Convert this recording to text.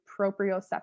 proprioception